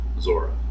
Zora